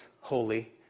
holy